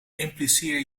impliceer